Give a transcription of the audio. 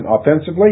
offensively